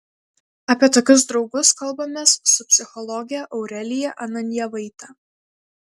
apie tokius draugus kalbamės su psichologe aurelija ananjevaite